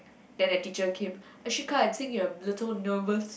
then the teacher came ashika I think you are a little nervous